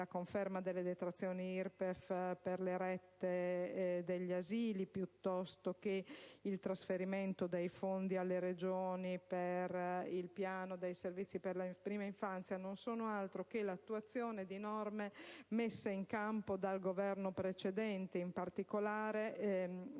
conferma delle detrazioni IRPEF per le rette degli asili al trasferimento dei fondi alle Regioni per il piano dei servizi per la prima infanzia, non sono altro che la conseguenza di norme messe in campo dal Governo precedente. In particolare,